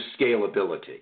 scalability